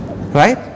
Right